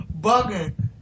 bugging